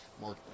More